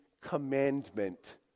commandment